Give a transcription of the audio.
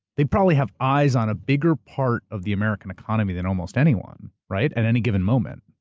they probably have eyes on a bigger part of the american economy than almost anyone, right, at any given moment.